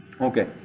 Okay